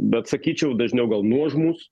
bet sakyčiau dažniau gal nuožmūs